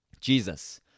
Jesus